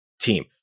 team